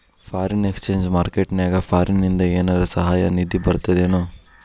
Foreign exchange market ನ್ಯಾಗ ಫಾರಿನಿಂದ ಏನರ ಸಹಾಯ ನಿಧಿ ಬರ್ತದೇನು?